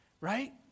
right